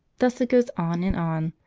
thus it goes on and on,